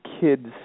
kids